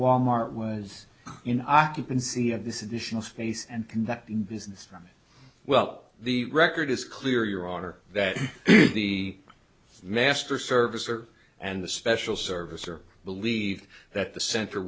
wal mart was in occupancy of this additional space and conducting business from well the record is clear your honor that the master servicer and the special service are believe that the center